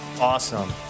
awesome